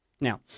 now